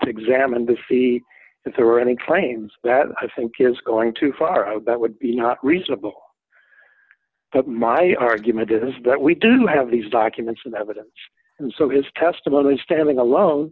to examine the see if there were any claims that i think is going too far that would be not reasonable that my argument is that we do have these documents and evidence and so his testimony standing alone